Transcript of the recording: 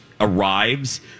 Arrives